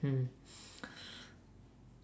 hmm